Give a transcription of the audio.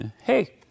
Hey